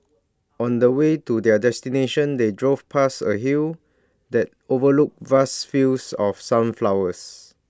on the way to their destination they drove past A hill that overlooked vast fields of sunflowers